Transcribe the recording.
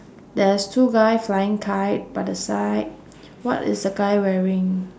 there's two guy flying kite by the side what is the guy wearing